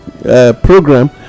program